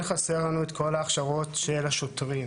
כן חסר לנו את כל ההכשרות של השוטרים,